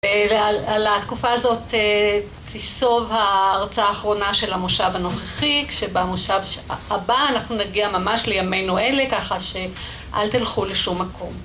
ועל התקופה הזאת תיסוב ההרצאה האחרונה של המושב הנוכחי, כשבמושב הבא אנחנו נגיע ממש לימינו אלה, ככה שאל תלכו לשום מקום.